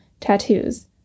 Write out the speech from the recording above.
tattoos